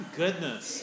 goodness